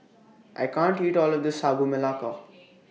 I can't eat All of This Sagu Melaka